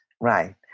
Right